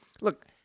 look